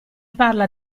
parla